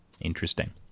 interesting